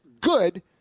good